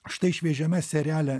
štai šviežiame seriale